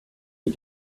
you